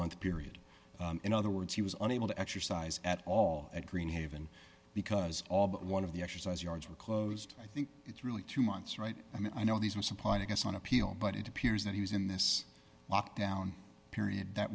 month period in other words he was unable to exercise at all at green haven because all but one of the exercise yards were closed i think it's really two months right i mean i know these were supplied i guess on appeal but it appears that he was in this lockdown period that